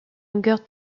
longueur